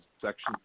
Section